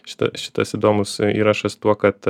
šita šitas įdomus įrašas tuo kad